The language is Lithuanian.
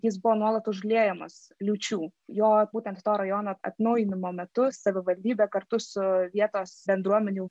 jis buvo nuolat užliejamas liūčių jo būtent to rajono atnaujinimo metu savivaldybė kartu su vietos bendruomenių